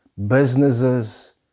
businesses